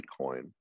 bitcoin